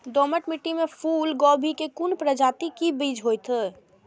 दोमट मिट्टी में फूल गोभी के कोन प्रजाति के बीज होयत?